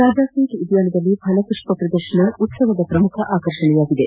ರಾಜಾಸೀಟ್ ಉದ್ಘಾನದಲ್ಲಿ ಫಲಪುಷ್ವ ಪ್ರದರ್ಶನ ಉತ್ಸವದ ಪ್ರಮುಖ ಆಕರ್ಷಣೆಯಾಗಿದೆ